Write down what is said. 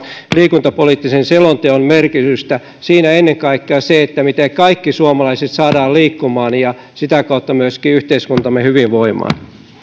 liikuntapoliittisen selonteon merkitystä siinä on ennen kaikkea se miten kaikki suomalaiset saadaan liikkumaan ja sitä kautta myöskin yhteiskuntamme hyvinvoimaan